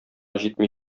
җитми